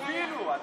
אדוני היושב-ראש,